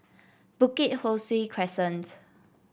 Bukit Ho Swee Crescent